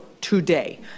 today